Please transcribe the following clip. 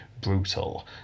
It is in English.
brutal